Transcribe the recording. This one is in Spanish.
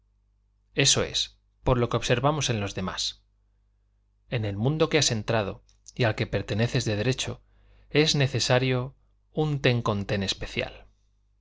eso es por lo que observamos en los demás en el mundo en que has entrado y al que perteneces de derecho es necesario un ten con ten especial